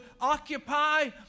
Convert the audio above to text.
occupy